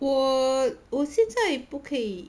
我我现在不可以